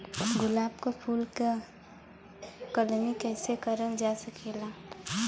गुलाब क फूल के कलमी कैसे करल जा सकेला?